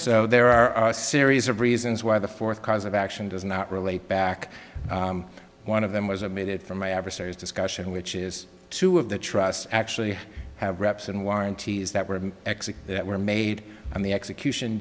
so there are a series of reasons why the fourth cause of action does not relate back one of them was i made it for my adversaries discussion which is two of the trusts actually have reps and warranties that were of exit that were made on the execution